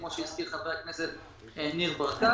כמו שהזכיר חבר הכנסת ניר ברקת.